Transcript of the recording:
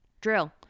Drill